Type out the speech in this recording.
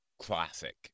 classic